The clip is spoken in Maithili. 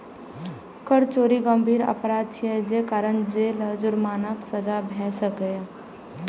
कर चोरी गंभीर अपराध छियै, जे कारण जेल आ जुर्मानाक सजा भए सकैए